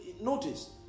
notice